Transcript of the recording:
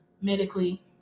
medically